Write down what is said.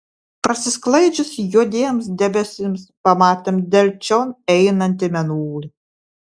prasisklaidžius juodiems debesims pamatėm delčion einantį mėnulį